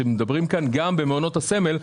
שמדברים כאן גם במעונות הסמל,